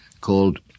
called